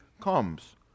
comes